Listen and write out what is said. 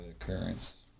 occurrence